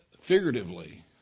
figuratively